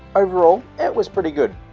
overall, it was pretty good.